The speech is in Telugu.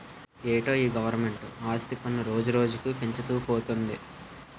ఏటో ఈ గవరమెంటు ఆస్తి పన్ను రోజురోజుకీ పెంచుతూ పోతంది